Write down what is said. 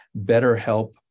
BetterHelp